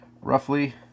roughly